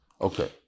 Okay